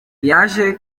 yaje